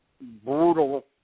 brutal